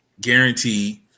guaranteed